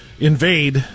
invade